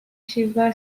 shiva